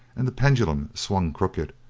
and the pendulum swung crooked,